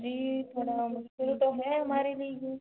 जी थोड़ा मुश्किल तो है हमारे लिए ये